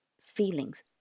feelings